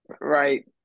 right